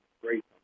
Great